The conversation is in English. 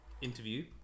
interview